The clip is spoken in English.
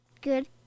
Good